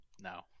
No